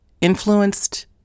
influenced